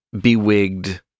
bewigged